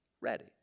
ready